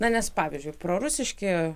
na nes pavyzdžiui prorusiški